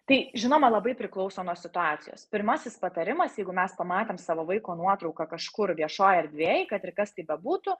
tai žinoma labai priklauso nuo situacijos pirmasis patarimas jeigu mes pamatėm savo vaiko nuotrauką kažkur viešoj erdvėj kad ir kas tai bebūtų